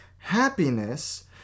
happiness